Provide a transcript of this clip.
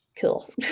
cool